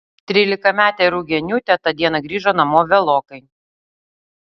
trylikametė rugieniūtė tą dieną grįžo namo vėlokai